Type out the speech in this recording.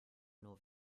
nur